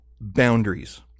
boundaries